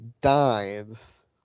dies